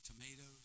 Tomatoes